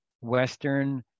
Western